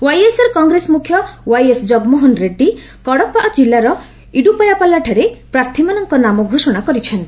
YSR Congress ମୁଖ୍ୟ YS Jaganmohan Reddy Kadapa କିଲ୍ଲାର ଇଡୁପାୟାପାଲାଠାରେ ପ୍ରାର୍ଥୀମାନଙ୍କ ନାମ ଘୋଷଣା କରିଛନ୍ତି